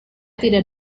tidak